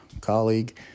colleague